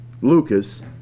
Lucas